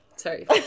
Sorry